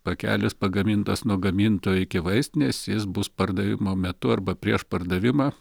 pakelis pagamintas nuo gamintojo iki vaistinės jis bus pardavimo metu arba prieš pardavimą